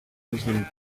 muslim